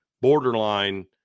borderline